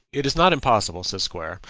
it is not impossible, says squier,